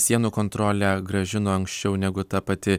sienų kontrolę grąžino anksčiau negu ta pati